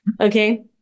Okay